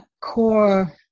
core